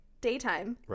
daytime